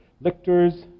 lictors